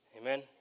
Amen